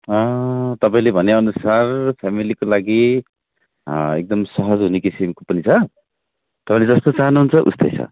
तपाईँले भने अनुसार फेमेलीको लागि एकदम सहज हुने किसिमको पनि छ तपाईँले जस्तो चाहनुहुन्छ उस्तै छ